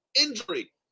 injury